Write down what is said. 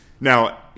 Now